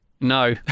No